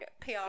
PR